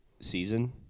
season